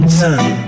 time